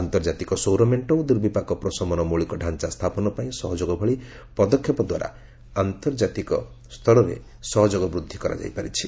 ଆନ୍ତର୍ଜାତିକ ସୌର ମେଣ୍ଟ ଓ ଦୁର୍ବିପାକ ପ୍ରଶମନ ମୌଳିକ ଢାଞ୍ଚା ସ୍ଥାପନ ପାଇଁ ସହଯୋଗ ଭଳି ପଦକ୍ଷେପ ଦ୍ୱାରା ଆନ୍ତର୍ଜାତିକ ସ୍ତରରେ ସହଯୋଗ ବୃଦ୍ଧି କରାଯାଇ ପାରିଛି